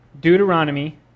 Deuteronomy